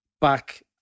back